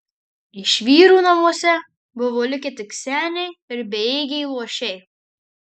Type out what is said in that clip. iš vyrų namuose buvo likę tik seniai ir bejėgiai luošiai